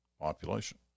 population